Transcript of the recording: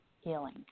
healing